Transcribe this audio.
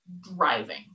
driving